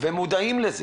ומודעים לזה